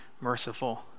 merciful